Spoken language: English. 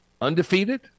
undefeated